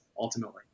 ultimately